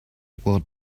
what